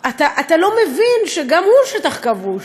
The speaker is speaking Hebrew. אתה לא מבין שגם הוא שטח כבוש,